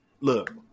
Look